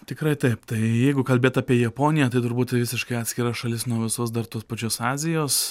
tikrai taip tai jeigu kalbėt apie japoniją tai turbūt visiškai atskira šalis nuo visos dar tos pačios azijos